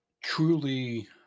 truly